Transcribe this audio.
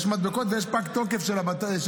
יש מדבקות ויש פג תוקף של המדבקות.